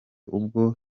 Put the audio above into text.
ubwo